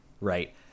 right